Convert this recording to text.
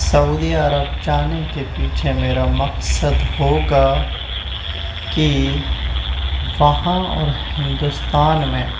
سعودی عرب جانے کے پیچھے میرا مقصد ہوگا کہ وہاں اور ہندوستان میں